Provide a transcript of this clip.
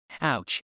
Ouch